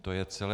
To je celé.